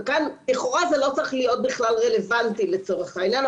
וכאן לכאורה זה לא צריך להיות בכלל רלוונטי לצורך העניין,